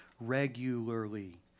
regularly